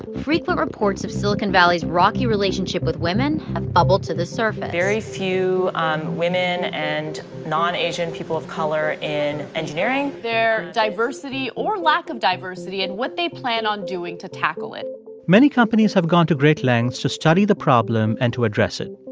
frequent reports of silicon valley's rocky relationship with women have bubbled to the surface very few women and non-asian people of color in engineering their diversity or lack of diversity and what they plan on doing to tackle it many companies have gone to great lengths to study the problem and to address it.